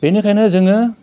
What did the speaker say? बेनिखायनो जोङो